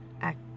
act